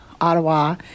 Ottawa